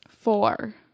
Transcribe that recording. four